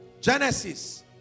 Genesis